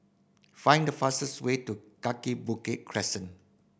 find the fastest way to Kaki Bukit Crescent